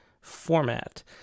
format